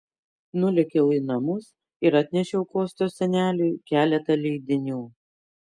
nulėkiau į namus ir atnešiau kostios seneliui keletą leidinių